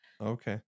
Okay